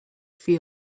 field